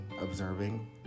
observing